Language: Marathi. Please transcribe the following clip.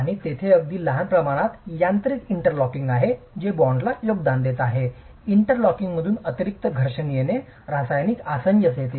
आणि तेथे अगदी लहान प्रमाणात यांत्रिक इंटरलॉकिंग आहे जे बॉन्डला योगदान देत आहे इंटरलॉकिंगमधून अतिरिक्त घर्षण येते रासायनिक आसंजन होते